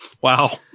wow